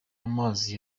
amazi